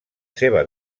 seva